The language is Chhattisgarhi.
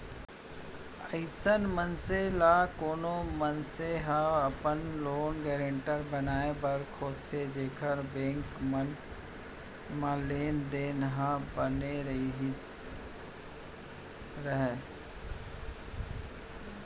अइसन मनसे ल कोनो मनसे ह अपन लोन गारेंटर बनाए बर खोजथे जेखर बेंक मन म लेन देन ह बने राहय